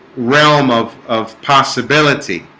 realm of of possibility